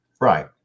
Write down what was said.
Right